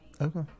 Okay